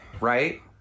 Right